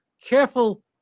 careful